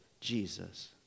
Jesus